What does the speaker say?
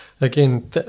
again